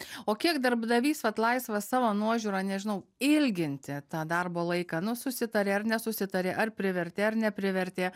o kiek darbdavys vat laisvas savo nuožiūra nežinau ilginti tą darbo laiką nu susitarė ar nesusitarė ar privertė ar neprivertė